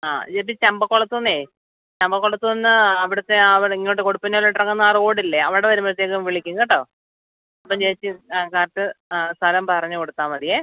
ആ ചേച്ചി ചമ്പക്കൊളത്തുന്നേ ചമ്പക്കൊളത്ത് നിന്ന് അവിടുത്തെ ആ ഇങ്ങോട്ട് കൊടുപ്പുന്നേലോട്ടിറങ്ങുന്ന ആ റോഡില്ലേ അവിടെ വരുമ്പോഴ്ത്തേക്കും വിളിക്കും കേട്ടോ അപ്പോൾ ചേച്ചി ആ കാത്ത് ആ സ്ഥലം പറഞ്ഞ് കൊടുത്താൽ മതിയേ